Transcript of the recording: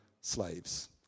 slaves